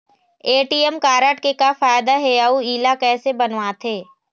ATM card के का फायदा हे अऊ इला कैसे बनवाथे?